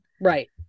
right